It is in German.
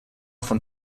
von